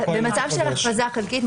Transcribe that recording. במצב של הכרזה חלקית,